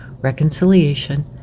reconciliation